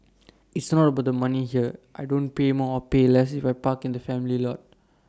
it's not about the money here I don't pay more or pay less if I park in the family lot